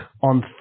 on